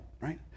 right